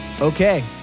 Okay